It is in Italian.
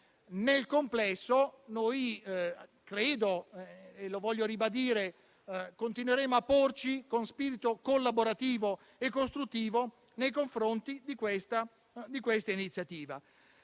Nel complesso - lo voglio ribadire - continueremo a porci con spirito collaborativo e costruttivo nei confronti di questa iniziativa.